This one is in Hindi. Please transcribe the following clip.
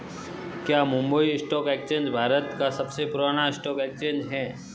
क्या मुंबई स्टॉक एक्सचेंज भारत का सबसे पुराना स्टॉक एक्सचेंज है?